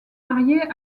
mariée